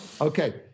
Okay